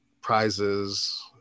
prizes